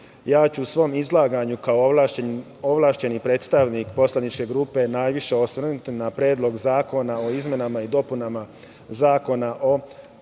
ću se u svom izlaganju kao ovlašćeni predstavnik poslaničke grupe najviše osvrnuti na Predlog zakona o izmenama i dopunama Zakona o privremenom